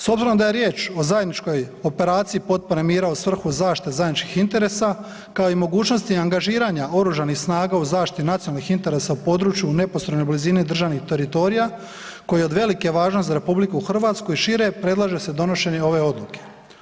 S obzirom da je riječ o zajedničkoj operaciji potpore mira u svrhu zaštite zajedničkih interesa kao i mogućnosti angažiranja Oružanih snaga u zaštiti nacionalnih interesa u području u neposrednoj blizini državnih teritorija koji je od velike važnosti za RH i šire, predlaže se donošenje ove odluke.